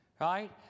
Right